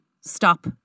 stop